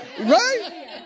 Right